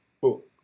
book